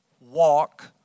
walk